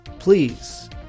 Please